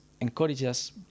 encourages